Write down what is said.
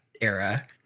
era